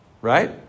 Right